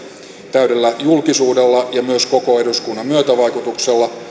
täydellä julkisuudella ja myös koko eduskunnan myötävaikutuksella